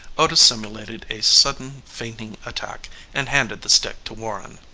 otis simulated a sudden fainting attack and handed the stick to warren.